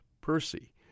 Percy